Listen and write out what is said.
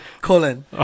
Colin